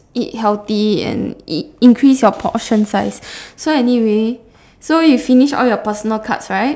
eat healthy and in increase your portion size so anyway so you finish all your personal cards right